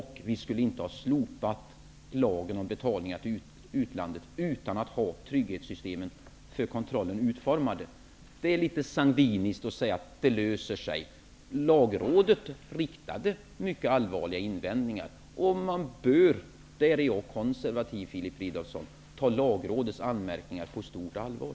Vi skulle inte ha slopat lagen om betalningar till utlandet utan att ha trygghetssystemen för kontrollen utformade. Det är litet sangviniskt att säga att det löser sig. Lagrådet riktade mycket allvarliga invändningar. Man bör -- där är jag konservativ, Filip Fridolfsson -- ta lagrådets anmärkningar på stort allvar.